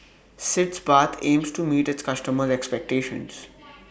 Sitz Bath aims to meet its customers' expectations